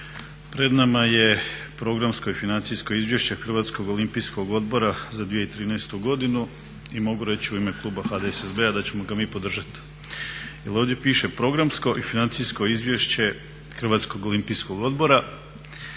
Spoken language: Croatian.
Pred nama je programsko i financijsko izvješće Hrvatskog olimpijskog odbora za 2013. godinu i mogu reći u ime kluba HDSSB-a da ćemo ga mi podržati. Jer ovdje piše programsko i financijsko izvješće Hrvatskog olimpijskog odbora.